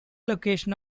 location